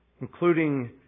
including